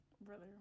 brother